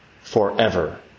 forever